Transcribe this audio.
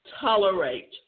tolerate